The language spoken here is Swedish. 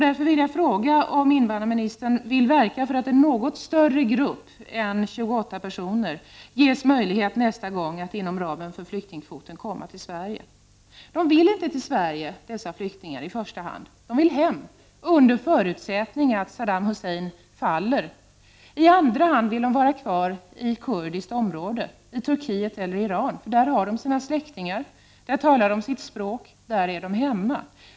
Därför vill jag fråga om invandrarministern vill verka för att en något större grupp än 28 personer ges möjlighet nästa gång att inom ramen för flyktingkvoten komma till Sverige. Dessa flyktingar vill i första hand inte till Sverige. De vill hem, under förutsättning att Saddam Husseins regim faller. I andra hand vill de vara kvar på kurdiskt område i Turkiet eller Iran. Det är ju där de har sina släktingar, där de talar sitt språk och känner sig hemma.